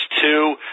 two